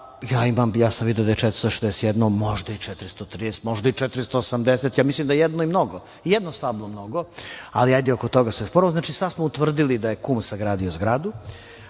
Ja sam video da je 461, možda 430, možda 480, ja mislim da je i jedno mnogo, jedno stablo mnogo, ali ajde, oko toga se sporimo. Znači, sad smo utvrdili da je kum sagradio zgradu,